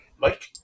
Mike